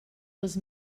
les